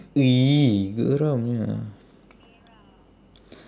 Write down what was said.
geramnya